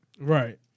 Right